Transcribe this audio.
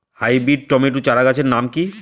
Hybrid tomato চারাগাছের নাম কি?